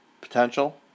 Potential